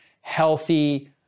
healthy